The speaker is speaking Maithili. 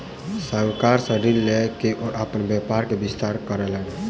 साहूकार सॅ ऋण लय के ओ अपन व्यापार के विस्तार कयलैन